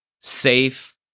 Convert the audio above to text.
safe